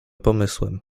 pomysłem